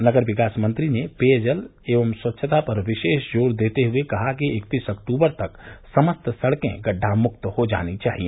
नगर विकास मंत्री ने पेयजल एव स्वच्छता पर विशेष जोर देते हुए कहा कि इक्कतीस अक्टूबर तक समस्त सड़कें गड्डामुक्त हो जानी चाहिए